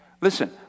Listen